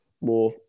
more